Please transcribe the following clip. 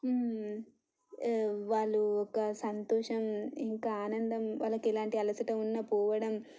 వాళ్ళు ఒక సంతోషం ఇంకా ఆనందం వాళ్ళకి ఎలాంటి అలసట ఉన్న పోవడం